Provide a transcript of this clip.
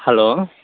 hello